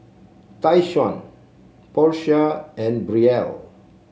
Tyquan Portia and Brielle